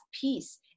peace